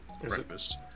breakfast